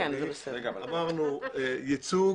אמרנו ייצוג,